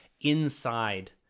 inside